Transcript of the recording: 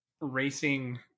racing